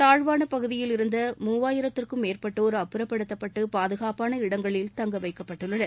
தாழ்வான பகுதியில் இருந்த மூவாயிரத்திற்கும் மேற்பட்டோர் அப்புறப்படுத்தப்பட்டு பாதுகாப்பான இடங்களில் தங்க வைக்கப்பட்டுள்ளனர்